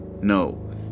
No